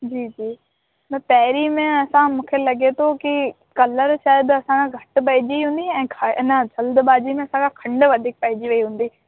जी जी न तांहिरी में असां मूंखे लॻे थो की कलर शायदि असां खां घटि पएजी हूंदी ऐं हा न जल्दबाज़ी में असां खां खंडु वधीक पएजी वेई हूंदी